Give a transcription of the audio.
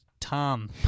Tom